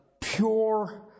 pure